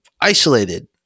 isolated